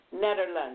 Netherlands